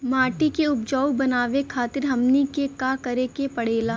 माटी के उपजाऊ बनावे खातिर हमनी के का करें के पढ़ेला?